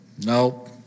Nope